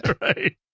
Right